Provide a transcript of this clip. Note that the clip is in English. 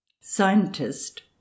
scientist